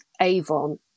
Avon